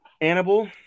Annabelle